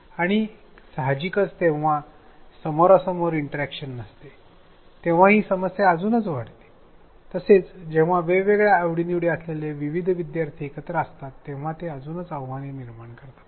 आणि साहजिकच जेव्हा समोरासमोर इंटरअॅक्शन नसते तेव्हा ही समस्या अजूनच वाढते तसेच जेव्हा वेगवेगळ्या आवडीनिवडी असलेले विविध विद्यार्थी एकत्र असतात तेव्हा ते अजूनच आव्हाने निर्माण करतात